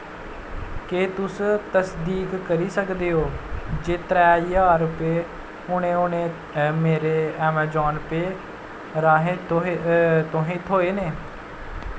केह् तुस तसदीक करी सकदे ओ जे त्रै ज्हार रपे हुनै हुनै मेरे अमेजान पेऽ राहें तुसें थ्होए ने